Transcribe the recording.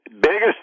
biggest